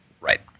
Right